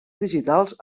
digitals